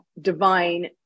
divine